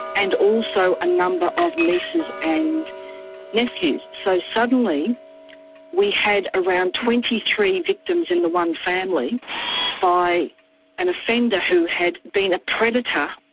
and also a number of nieces and nephews. so, suddenly we had around twenty three victims in the one family by an offender who had been a predator.